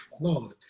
Lord